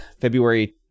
February